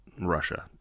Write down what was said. Russia